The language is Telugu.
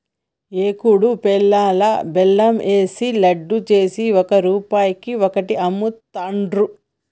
ఏకుడు పేలాలల్లా బెల్లం ఏషి లడ్డు చేసి ఒక్క రూపాయికి ఒక్కటి అమ్ముతాండ్రు